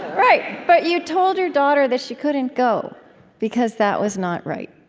right. but you told your daughter that she couldn't go because that was not right